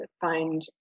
find